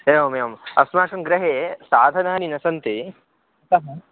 एवमेवम् अस्माकं गृहे साधनानि न सन्ति अतः